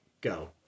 go